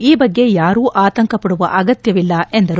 ಈ ಬಗ್ಗೆ ಯಾರೂ ಆತಂಕಪಡುವ ಅಗತ್ಯವಿಲ್ಲ ಎಂದರು